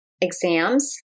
exams